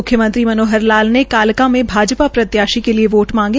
म्ख्यमंत्री मनोहर लाल ने कालका में भाजपा प्रत्याशी के लिये वोट मांगे